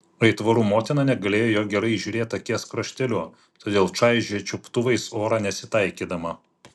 aitvarų motina negalėjo jo gerai įžiūrėti akies krašteliu todėl čaižė čiuptuvais orą nesitaikydama